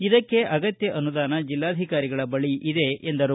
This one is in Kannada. ಇದಕ್ಕೆ ಅಗತ್ತ ಅನುದಾನ ಜಿಲ್ಲಾಧಿಕಾರಿಗಳ ಬಳಿ ಇದೆ ಎಂದರು